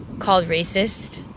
called racist.